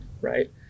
right